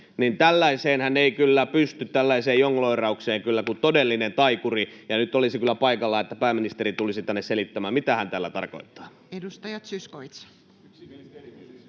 Tällaiseenhan ei kyllä pysty, tällaiseen jonglööraukseen, kuin todellinen taikuri, ja nyt olisi kyllä paikallaan, että pääministeri tulisi tänne selittämään, mitä hän tällä tarkoittaa. Edustaja Zyskowicz. Kiitos, arvoisa